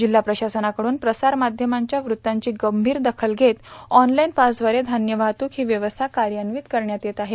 जिल्हा प्रशासनाकडून प्रसार माध्यमाच्या वृत्तांची गंभीर दखल घेत ऑनलाईन पासद्वारे धान्य वाहतूक ही व्यवस्था कार्यान्वित करण्यात येत आहे